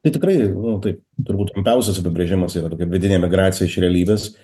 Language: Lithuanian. tai tikrai nu taip turbūt trumpiausias apibrėžimas yra tokia vidinė emigracija iš realybės